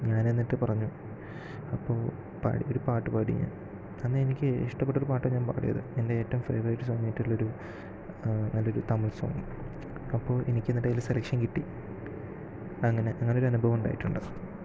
ഞാനെന്നിട്ട് പറഞ്ഞു അപ്പൊൾ പാടി ഒരു പാട്ട് പാടി ഞാൻ അന്നെനിക്ക് ഇഷ്ടപെട്ട ഒരു പാട്ട് ഞാൻ പാടിയത് എൻ്റെ ഏറ്റവും ഫേവറൈറ്റ് സോങ്ങായിട്ടുള്ള ഒരു നല്ലൊരു തമിഴ് സോങ് അപ്പോൾ എനിക്കെന്നിട്ടതിൽ സെലക്ഷൻ കിട്ടി അങ്ങനെ അങ്ങനൊരാനുഭവം ഉണ്ടായിട്ടുണ്ട്